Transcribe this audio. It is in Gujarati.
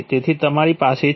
તેથી તમારી પાસે છે